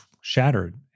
shattered